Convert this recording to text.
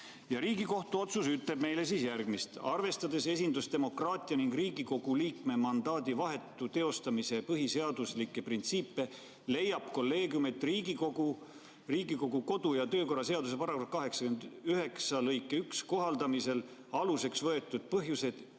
otsusega. Riigikohtu otsus ütleb meile järgmist: "Arvestades esindusdemokraatia ning Riigikogu liikme mandaadi vahetu teostamise põhiseaduslikke printsiipe, leiab kolleegium, et Riigikogu kodu- ja töökorra seaduse § 891lõike 1 kohaldamisel aluseks võetud põhjused